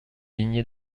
lignée